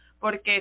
porque